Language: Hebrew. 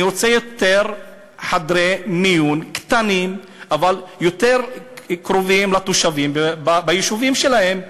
אני רוצה יותר חדרי מיון קטנים שהם יותר קרובים לתושבים ביישובים שלהם,